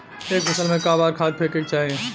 एक फसल में क बार खाद फेके के चाही?